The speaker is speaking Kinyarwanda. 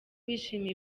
bishimiye